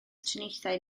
triniaethau